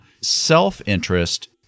self-interest